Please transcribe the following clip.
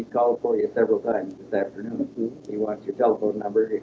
called for you several times this afternoon he wants you telephone number.